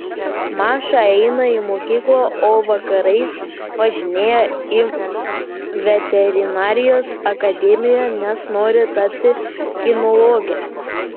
maša eina į mokyklą o vakarais važinėja į veterinarijos akademiją nes nori tapti kinologe